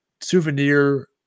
souvenir